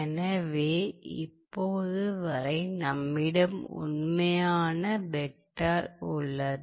எனவே இப்போது வரை நம்மிடம் உண்மையான வெக்டர் உள்ளது